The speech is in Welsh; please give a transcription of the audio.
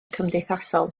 cymdeithasol